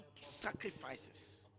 sacrifices